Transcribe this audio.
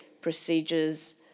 procedures